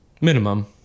Minimum